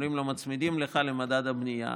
אומרים לו: מצמידים לך למדד הבנייה.